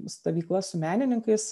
stovyklas su menininkais